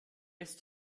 ist